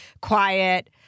quiet